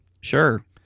Sure